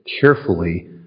carefully